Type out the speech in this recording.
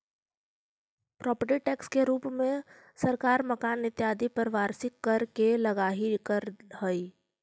property tax के रूप में सरकार मकान इत्यादि पर वार्षिक कर के उगाही करऽ हई